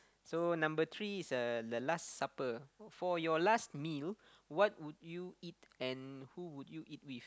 so number three is a the last supper for your last meal what would you eat and who would you eat with